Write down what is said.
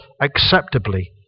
acceptably